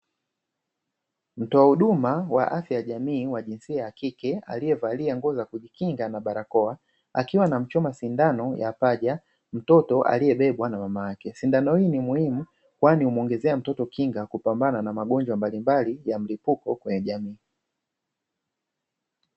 Mtoa huduma wa afya ya jamii wa jinsia ya kike aliyevalia nguo za kujikinga na barakoa, akiwa anamchoma sindano ya paja mtoto aliyebebwa na mama yake, sindano hii ni muhimu kwani humuongezea mtoto kinga ya kupambana na magonjwa mbalimbali ya mlipuko kwenye jamii.